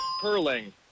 Curling